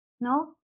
no